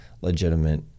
legitimate